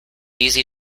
easy